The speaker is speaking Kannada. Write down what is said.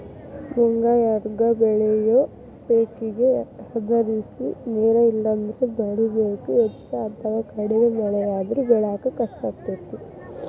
ಮುಂಗಾರ್ಯಾಗ ಬೆಳಿಯೋ ಪೇಕೇಗೆ ಹದಸಿರಿ ನೇರ ಇಲ್ಲಂದ್ರ ಮಳಿ ಬೇಕು, ಹೆಚ್ಚ ಅಥವಾ ಕಡಿಮೆ ಮಳೆಯಾದ್ರೂ ಬೆಳ್ಯಾಕ ಕಷ್ಟಾಗ್ತೇತಿ